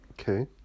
okay